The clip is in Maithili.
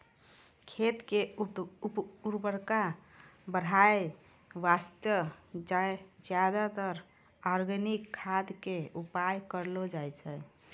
खेत के उर्वरता बढाय वास्तॅ ज्यादातर आर्गेनिक खाद के उपयोग करलो जाय छै